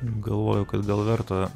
galvoju kad gal verta